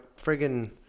friggin